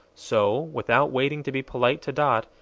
so, without waiting to be polite to dot,